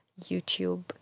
youtube